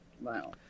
wow